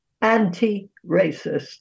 anti-racist